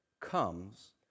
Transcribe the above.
comes